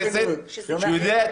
ובכנסת שיודע את